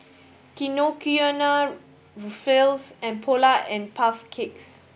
Kinokuniya Ruffles and Polar and Puff Cakes